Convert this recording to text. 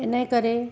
इनजे करे